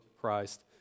Christ